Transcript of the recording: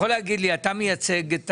אתה מייצג.